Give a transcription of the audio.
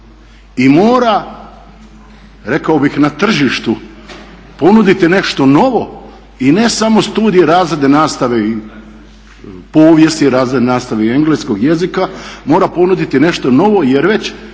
i mora, rekao bih na tržištu ponuditi nešto novo i ne samo studije razredne nastave i povijesti, razredne nastave i engleskog jezika, mora ponuditi nešto novo jer već